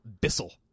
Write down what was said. Bissell